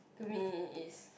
to me is